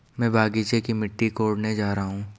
मैं बगीचे की मिट्टी कोडने जा रहा हूं